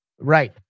Right